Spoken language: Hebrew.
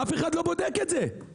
אף אחד לא בודק את זה.